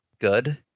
good